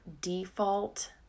default